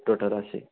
total असे